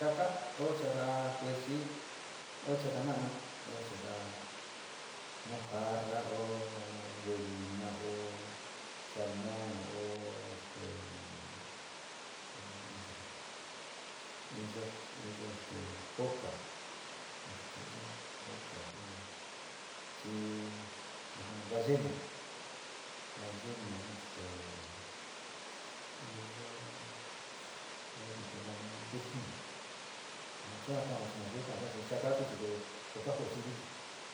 Oo chaka kuechi o chaka na'anu o chaka mojarra evina o salmón nau nani inka kitiun iyo, iyo, foca yo chii jiji ballena ballenaun este iyo o kiti nani fin sua kao chi ma kuu ka'asa nasu chakaa ko, ko siviti.